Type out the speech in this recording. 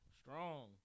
strong